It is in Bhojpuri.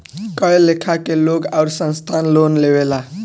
कए लेखा के लोग आउर संस्थान लोन लेवेला